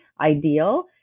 ideal